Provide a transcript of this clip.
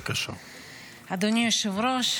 אדוני היושב-ראש,